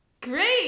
Great